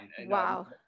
Wow